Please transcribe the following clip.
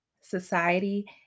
society